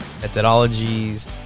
methodologies